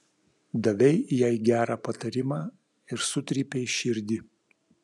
davei jai gerą patarimą ir sutrypei širdį